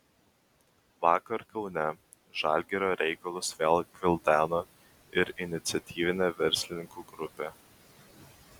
vakar kaune žalgirio reikalus vėl gvildeno ir iniciatyvinė verslininkų grupė